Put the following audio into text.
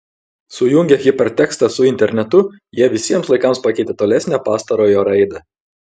sujungę hipertekstą su internetu jie visiems laikams pakeitė tolesnę pastarojo raidą